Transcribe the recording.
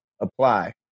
Apply